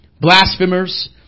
blasphemers